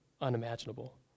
unimaginable